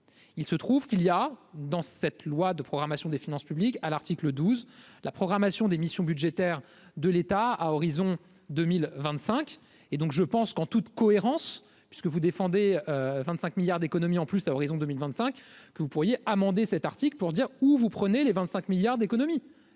il se trouve qu'il y a dans cette loi de programmation des finances publiques à l'article 12 la programmation des missions budgétaires de l'État à horizon 2025 et donc je pense qu'en toute cohérence, parce que vous défendez, 25 milliards d'économies en plus à horizon 2025 que vous pourriez amender cet article pour dire où vous prenez les 25 milliards d'économies